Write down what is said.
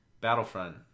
Battlefront